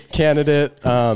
candidate